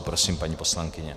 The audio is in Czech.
Prosím, paní poslankyně.